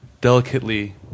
delicately